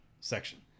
section